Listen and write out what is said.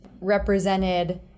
represented